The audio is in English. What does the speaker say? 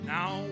Now